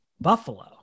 Buffalo